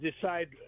decide